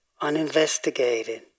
uninvestigated